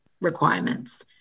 requirements